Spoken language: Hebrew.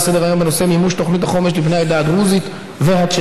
הנושא: מימוש תוכנית החומש לבני העדה הדרוזית והצ'רקסית,